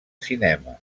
cinema